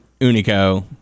Unico